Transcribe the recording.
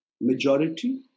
majority